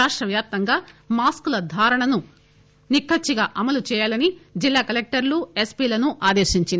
రాష్ట వ్యాప్తంగా మాస్క్ ల ధారణను నిక్కచ్చిగా అమలు చేయాలని జిల్లా కలెక్టర్లు ఎస్పీలను ఆదేశించింది